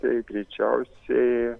tai greičiausiai